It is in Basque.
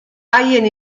haien